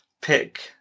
pick